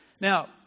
Now